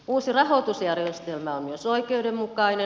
uusi rahoitusjärjestelmä on myös oikeudenmukainen